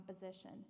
composition